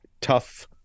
tough